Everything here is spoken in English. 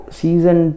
season